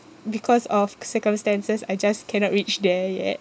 because of cu~ circumstances I just cannot reach there yet